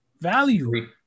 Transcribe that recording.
value